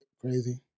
crazy